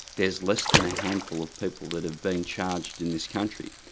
there's less than a handful of people that have been charged in this country,